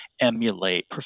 emulate